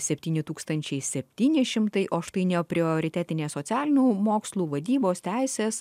septyni tūkstančiai septyni šimtai o štai ne prioritetinė socialinių mokslų vadybos teisės